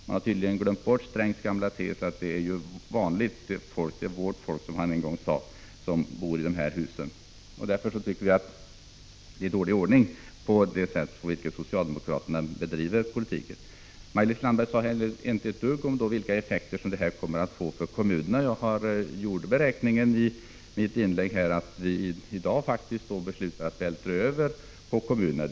Man har tydligen glömt bort Strängs gamla tes att det är vanligt folk —”vårt folk” som han en gång sade — som bor i sådana hus. Därför tycker vi att det är dålig ordning på den politik socialdemokraterna bedriver. Maj-Lis Landberg sade inte ett dugg om vilka effekter förslaget kommer att få för kommunerna. Jag gjorde den beräkningen i mitt tidigare inlägg att vi i dag faktiskt kommer att besluta att vältra över stora kostnader på kommunerna.